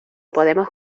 podemos